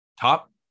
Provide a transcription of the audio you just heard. Top